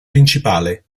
principale